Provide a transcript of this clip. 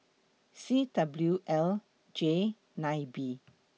C W L J nine B